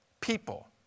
People